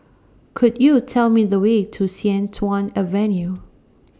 Could YOU Tell Me The Way to Sian Tuan Avenue